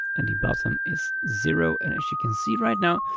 and the bottom is zero. and as you can see right now,